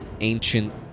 ancient